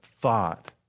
thought